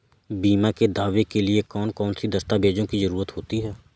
बीमा के दावे के लिए कौन कौन सी दस्तावेजों की जरूरत होती है?